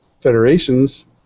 federations